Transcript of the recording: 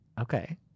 Okay